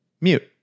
mute